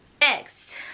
Next